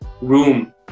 room